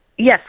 Yes